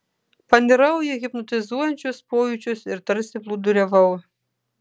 panirau į hipnotizuojančius pojūčius ir tarsi plūduriavau